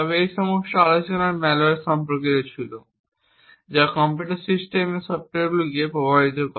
তবে এই সমস্ত আলোচনা ম্যালওয়্যার সম্পর্কিত ছিল যা কম্পিউটার সিস্টেমের সফটওয়্যারকে প্রভাবিত করে